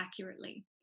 accurately